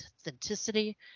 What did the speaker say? authenticity